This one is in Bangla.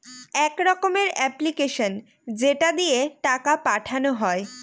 এক রকমের এপ্লিকেশান যেটা দিয়ে টাকা পাঠানো হয়